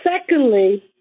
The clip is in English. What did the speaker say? secondly